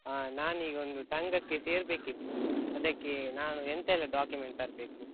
ಹಾಂ ನಾನೀಗ ಒಂದು ಸಂಘಕ್ಕೆ ಸೇರಬೇಕಿತ್ತು ಅದಕ್ಕೆ ನಾನು ಎಂತೆಲ್ಲ ಡಾಕ್ಯುಮೆಂಟ್ ತರಬೇಕು